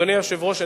אדוני היושב-ראש,